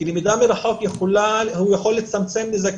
כי הוא יכול היה לצמצם נזקים,